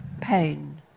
pain